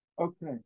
Okay